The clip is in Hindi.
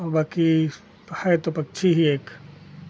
और बाकी है तो पक्षी ही एक